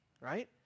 right